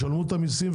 ישלמו את המיסים,